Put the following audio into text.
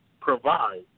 provide